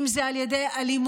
אם זה על ידי אלימות,